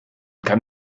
kann